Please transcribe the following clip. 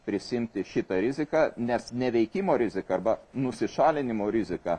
prisiimti šitą riziką nes neveikimo rizika arba nusišalinimo rizika